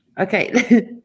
Okay